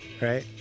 right